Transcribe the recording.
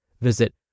Visit